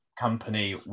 company